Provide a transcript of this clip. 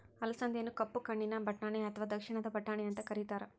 ಅಲಸಂದಿಯನ್ನ ಕಪ್ಪು ಕಣ್ಣಿನ ಬಟಾಣಿ ಅತ್ವಾ ದಕ್ಷಿಣದ ಬಟಾಣಿ ಅಂತ ಕರೇತಾರ